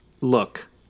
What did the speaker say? look